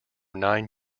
nine